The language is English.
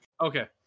okay